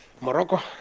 Morocco